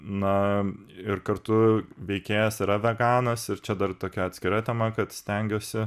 na ir kartu veikėjas yra veganas ir čia dar tokia atskira tema kad stengiuosi